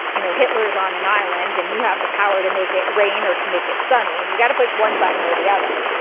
you know, hitler is on an island and you have the power to make it rain or to make it sunny and you've got to push one button or the other.